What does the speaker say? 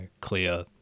Clear